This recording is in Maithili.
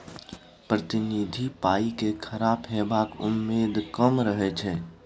प्रतिनिधि पाइ केँ खराब हेबाक उम्मेद कम रहै छै